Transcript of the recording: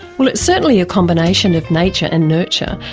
well, it's certainly a combination of nature and nurture,